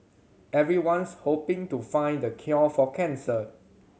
everyone's hoping to find the cure for cancer